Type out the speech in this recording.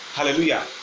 Hallelujah